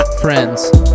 friends